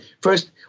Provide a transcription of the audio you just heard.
first